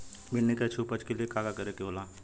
भिंडी की अच्छी उपज के लिए का का करे के होला?